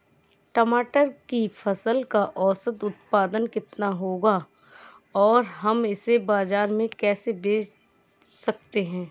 टमाटर की फसल का औसत उत्पादन कितना होगा और हम इसे बाजार में कैसे बेच सकते हैं?